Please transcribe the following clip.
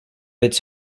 its